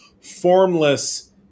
formless